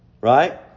Right